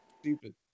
Stupid